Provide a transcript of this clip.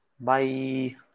Bye